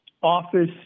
office